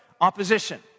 opposition